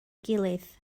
gilydd